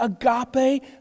agape